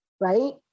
right